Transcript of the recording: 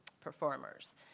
performers